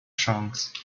chance